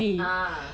ah